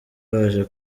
baje